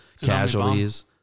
Casualties